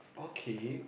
okay